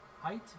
height